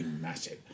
massive